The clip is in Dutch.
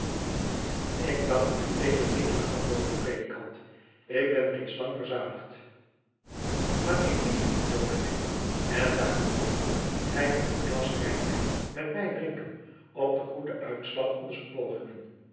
ik dank ued vriendelijk antwoordde de predikant ik ben reeds lang verzadigd maar ik niet dominé en daarenboven gij moet een glas rijnwijn met mij drinken op den goeden uitslag onzer pogingen